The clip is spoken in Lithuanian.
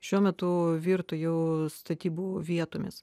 šiuo metu virto jau statybų vietomis